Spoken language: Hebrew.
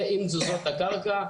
ועם תזוזות הקרקע,